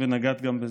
ונגעת גם בזה,